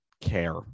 care